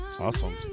Awesome